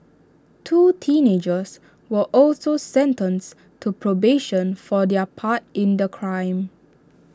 two teenagers were also sentenced to probation for their part in the crime